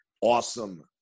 awesome